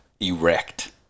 erect